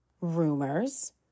rumors